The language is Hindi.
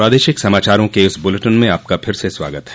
प्रादेशिक समाचारों के इस बुलेटिन में आपका फिर से स्वागत है